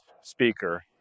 speaker